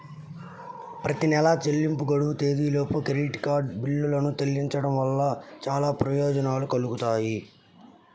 ప్రతి నెలా చెల్లింపు గడువు తేదీలోపు క్రెడిట్ కార్డ్ బిల్లులను చెల్లించడం వలన చాలా ప్రయోజనాలు కలుగుతాయి